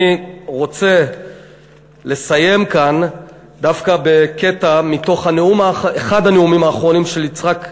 אני רוצה לסיים כאן דווקא בקטע מתוך אחד הנאומים האחרונים של יצחק רבין,